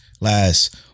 last